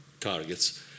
targets